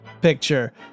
picture